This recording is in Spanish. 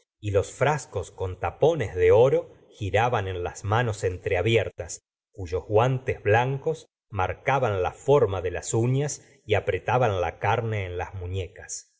y los frascos con tapones de oro giraban en las manos entreabiertas cuyos guantes blancos marcaban la forma de las uñas y apretaban la carne en las muñecas